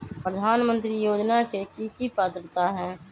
प्रधानमंत्री योजना के की की पात्रता है?